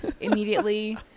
immediately